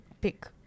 pick